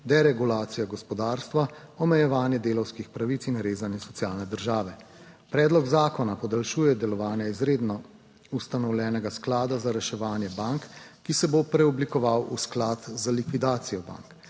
deregulacija gospodarstva, omejevanje delavskih pravic in rezanje socialne države. Predlog zakona podaljšuje delovanje izredno ustanovljenega sklada za reševanje bank, ki se bo preoblikoval v sklad za likvidacijo bank.